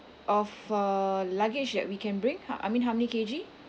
of uh luggage that we can bring I mean how many K_G